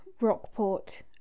Rockport